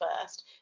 first